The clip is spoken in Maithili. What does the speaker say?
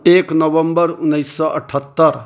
एक नवम्बर उन्नैस सए अठहत्तर